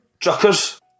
Truckers